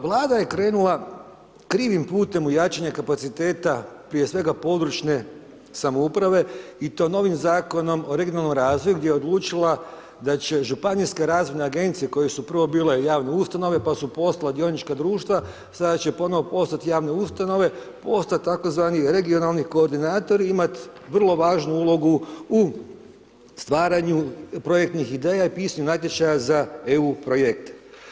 Vlada je krenula krivim putem u jačanje kapaciteta, prije svega područne samouprave i to novim Zakonom o regionalnom razvoju gdje je odlučila da će županijske razvojne agencije koje su prvo bile javne ustanove, pa su postala dionička društva, sada će ponovo postati javne ustanove, postoji tzv. regionalni koordinatori imati vrlo važnu ulogu u stvaraju projektnih ideja i pisanju natječaja za EU projekte.